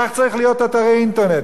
כך צריך להיות אתר האינטרנט.